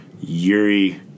Yuri